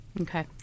Okay